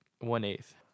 one-eighth